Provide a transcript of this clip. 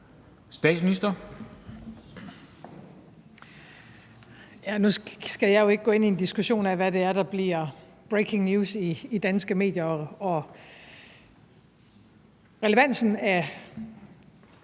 Nu skal jeg jo ikke gå ind i en diskussion af, hvad det er, der bliver breaking news i danske medier, og relevansen af